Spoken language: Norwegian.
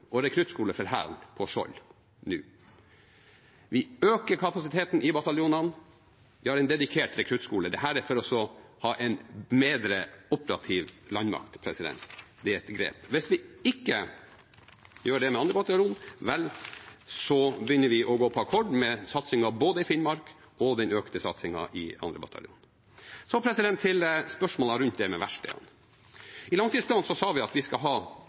og rekruttskole for Hæren på Skjold nå. Vi øker kapasiteten i bataljonene, vi har en dedikert rekruttskole. Dette er for å ha en bedre operativ landmakt. Det er et grep. Hvis vi ikke gjør det med 2. bataljon, begynner vi å gå på akkord med satsingen i Finnmark og den økte satsingen i 2. bataljon. Så til spørsmålene rundt det med verkstedene. I langtidsplanen sa vi at vi skal ha